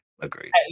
agreed